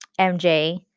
MJ